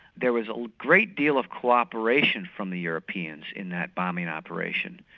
there was a like great deal of co-operation from the europeans in that bombing operation.